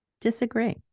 Disagree